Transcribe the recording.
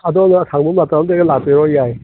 ꯑꯗꯣꯝꯅ ꯁꯪꯕ ꯃꯇꯝ ꯑꯃꯗ ꯂꯥꯛꯄꯤꯔꯣ ꯌꯥꯏ